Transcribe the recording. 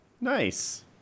Nice